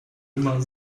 immer